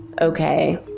Okay